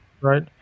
right